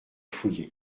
fouillé